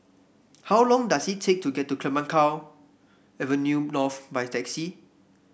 how long does it take to get to Clemenceau Avenue North by taxi